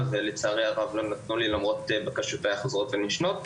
ולצערי הרב לא נתנו לי למרות בקשותיי החוזרות ונשנות.